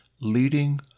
leading